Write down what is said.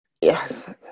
Yes